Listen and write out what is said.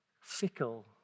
fickle